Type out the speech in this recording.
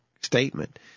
statement